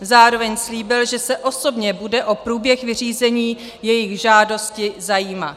Zároveň slíbil, že se osobně bude o průběh vyřízení jejich žádosti zajímat.